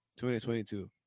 2022